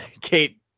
Kate